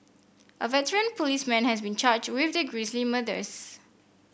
a veteran policeman has been charged with the grisly murders